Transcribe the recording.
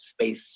space